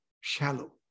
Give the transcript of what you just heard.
shallow